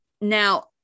now